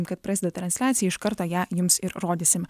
kad prasideda transliacija iš karto ją jums ir rodysim